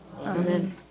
Amen